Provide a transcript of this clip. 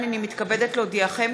הנני מתכבדת להודיעכם,